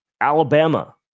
Alabama